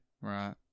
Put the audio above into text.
Right